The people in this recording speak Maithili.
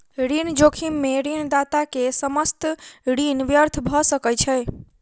ऋण जोखिम में ऋणदाता के समस्त ऋण व्यर्थ भ सकै छै